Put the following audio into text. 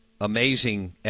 amazing